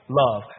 love